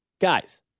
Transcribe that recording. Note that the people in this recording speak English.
guys